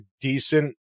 decent